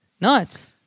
Nice